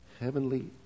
heavenly